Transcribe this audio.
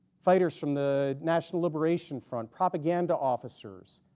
fighters from the national liberation front propaganda officers,